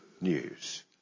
news